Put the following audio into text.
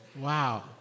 Wow